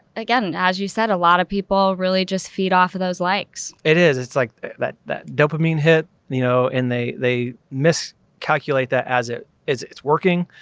again, as you said, a lot of people really just feed off of those likes it is, it's like that that dopamine hit, you know, and they, they miscalculate that as it is, it's working.